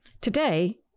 Today